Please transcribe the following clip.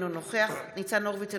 אינו נוכח ניצן הורוביץ,